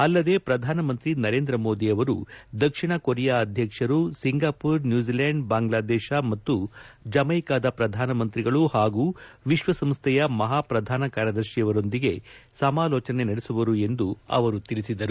ಅಲ್ಲದೆ ಪ್ರಧಾನಮಂತ್ರಿ ನರೇಂದ್ರ ಮೋದಿ ಅವರು ದಕ್ಷಿಣ ಕೊರಿಯಾ ಅಧ್ಯಕ್ಷರು ಸಿಂಗಾಪುರ್ ನ್ನೂಜಿಲೆಂಡ್ ಬಾಂಗ್ಲಾದೇಶ ಮತ್ತು ಜಮೈಕಾದ ಪ್ರಧಾನಮಂತ್ರಿಗಳು ಹಾಗೂ ವಿಶ್ವಸಂಸ್ಥೆಯ ಮಹಾ ಪ್ರಧಾನ ಕಾರ್ಯದರ್ಶಿಯವರೊಂದಿಗೆ ಸಮಾಲೋಚನೆ ನಡೆಸುವರು ಎಂದು ಅವರು ಹೇಳಿದರು